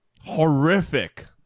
horrific